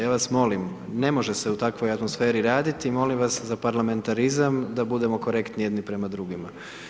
Ja vas molim, ne može se u takvoj atmosferi raditi i molim vas za parlamentarizam da budemo korektni jedni prema drugima.